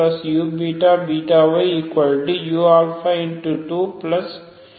uy என்ன